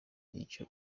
icyo